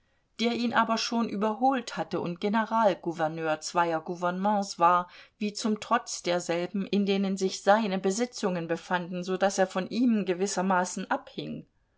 der ihn aber schon überholt hatte und generalgouverneur zweier gouvernements war wie zum trotz derselben in denen sich seine besitzungen befanden so daß er von ihm gewissermaßen abhing